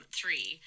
three